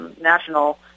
national